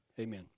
Amen